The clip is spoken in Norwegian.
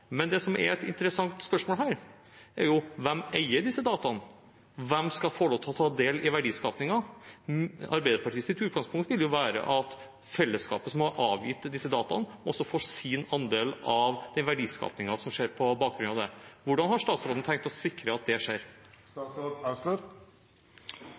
Men det som er et interessant spørsmål her, er hvem som eier disse dataene. Hvem skal få lov til å ta del i verdiskapingen? Arbeiderpartiets utgangspunkt vil jo være at fellesskapet som har avgitt disse dataene, også må få sin andel av verdiskapingen som skjer på bakgrunn av det. Hvordan har statsråden tenkt å sikre at det skjer?